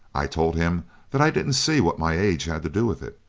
i told him that i didn't see what my age had to do with it,